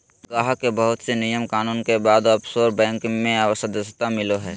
गाहक के बहुत से नियम कानून के बाद ओफशोर बैंक मे सदस्यता मिलो हय